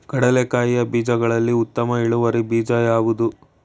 ಕಡ್ಲೆಕಾಯಿಯ ಬೀಜಗಳಲ್ಲಿ ಉತ್ತಮ ಇಳುವರಿ ಬೀಜ ಯಾವುದು?